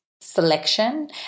selection